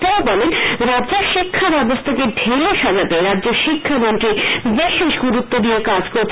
তিনি বলেন রাজ্যের শিক্ষা ব্যবস্থাকে ঢেলে সাজাতে রাজ্যের শিক্ষামন্ত্রী বিশেষ গুরুত্ব দিয়ে কাজ করছেন